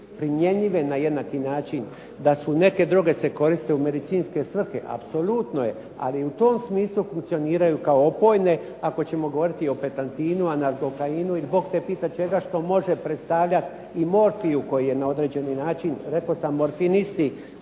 primjenjive na jednaki način, da se neke droge koriste u medicinske svrhe apsolutno je ali u tom smislu funkcioniraju kao opojne ako ćemo govoriti o petrantinu, .../Govornik se ne razumije./... i pitaj čega što može predstavljati, i morfiju koji je na određeni način rekao sam morfinisti